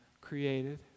created